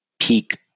peak